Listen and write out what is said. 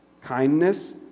kindness